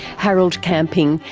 harold camping,